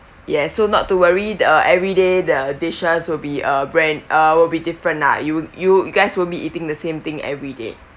yes so not to worry the everyday the dishes will be a brand uh will be different lah you you you guys won't be eating the same thing everyday